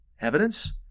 Evidence